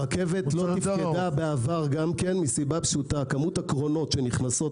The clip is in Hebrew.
הרכבת לא תפקדה גם כן בעבר מסיבה פשוטה כמות הקרונות שנכנסות